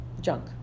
junk